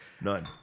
None